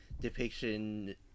depiction